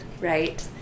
right